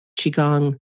Qigong